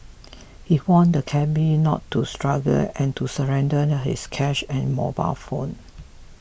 he warned the cabby not to struggle and to surrender and his cash and mobile phone